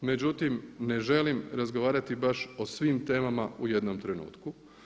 Međutim, ne želim razgovarati baš o svim temama u jednom trenutku.